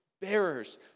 bearers